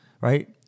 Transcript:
right